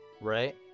right